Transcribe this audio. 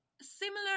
similar